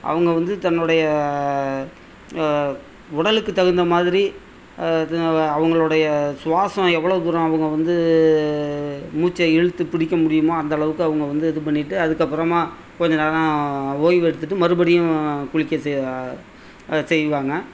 அவங்க வந்து தன்னுடைய உடலுக்கு தகுந்த மாதிரி அதுவும் வ அவங்களுடைய சுவாசம் எவ்வளோ தூரம் அவங்க வந்து மூச்சை இழுத்து பிடிக்க முடியுமோ அந்த அளவுக்கு அவங்க வந்து இது பண்ணிவிட்டு அதுக்கப்புறமா கொஞ்ச நேரம் ஓய்வு எடுத்துவிட்டு மறுபடியும் குளிக்க செய செய்வாங்க